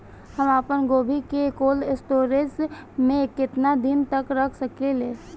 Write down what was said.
हम आपनगोभि के कोल्ड स्टोरेजऽ में केतना दिन तक रख सकिले?